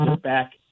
back